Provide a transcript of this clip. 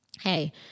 Hey